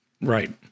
Right